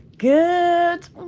Good